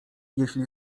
jeśli